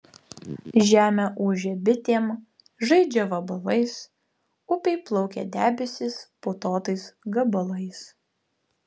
žemė ūžia bitėm žaidžia vabalais upėj plaukia debesys putotais gabalais